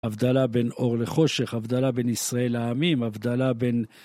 הבדלה בין אור לחושך, הבדלה בין ישראל לעמים, הבדלה בין...